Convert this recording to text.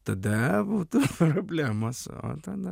tada būtų problemos o tada